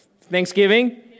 Thanksgiving